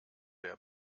der